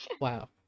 Wow